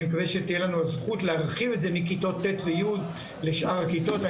אני מקווה שתהיה לנו הזכות להרחיב את זה מכיתות ט' ו-י' לשאר הכיתות.